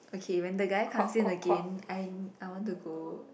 okay when the guy comes in again I I want to go